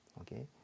okay